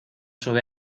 sube